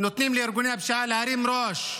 נותנים לארגוני הפשיעה להרים ראש,